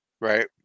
right